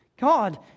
God